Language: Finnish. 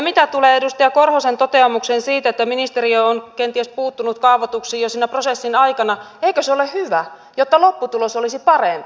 mitä tulee edustaja korhosen toteamukseen siitä että ministeriö on kenties puuttunut kaavoituksiin jo siinä prosessin aikana niin eikö se ole hyvä jotta lopputulos olisi parempi